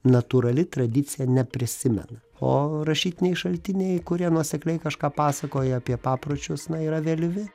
natūrali tradicija neprisimena o rašytiniai šaltiniai kurie nuosekliai kažką pasakoja apie papročius yra vėlyvi